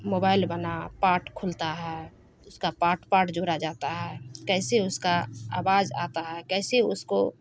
mobile بنا پاٹ کھلتا ہے اس کا پاٹ پاٹ جوڑا جاتا ہے کیسے اس کا آواز آتا ہے کیسے اس کو